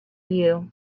you